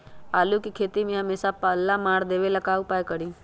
आलू के खेती में हमेसा पल्ला मार देवे ला का उपाय करी?